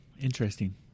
interesting